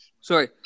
Sorry